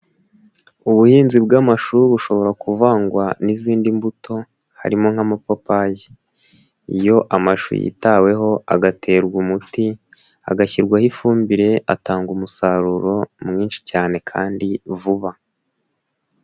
Ubuhinzi bw'amashu bushobora kuvangwa n'izindi mbuto, harimo nk'amapapayi, iyo amashu yitaweho agaterwa umuti, agashyirwaho ifumbire, atanga umusaruro, mwinshi cyane kandi vuba.